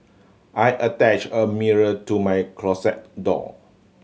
I attach a mirror to my closet door